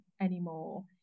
anymore